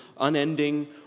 unending